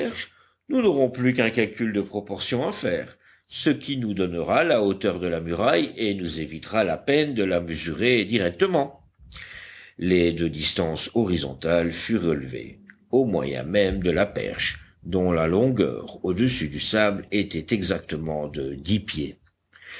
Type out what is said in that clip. nous n'aurons plus qu'un calcul de proportion à faire ce qui nous donnera la hauteur de la muraille et nous évitera la peine de la mesurer directement les deux distances horizontales furent relevées au moyen même de la perche dont la longueur au-dessus du sable était exactement de dix pieds